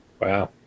Wow